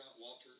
Walter